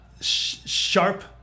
sharp